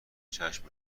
چشم